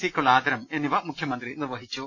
സിയ്ക്കുള്ള ആദരം എന്നിവ മുഖ്യ മന്ത്രി നിർവഹിച്ചു